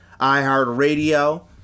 iHeartRadio